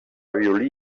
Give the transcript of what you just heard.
violí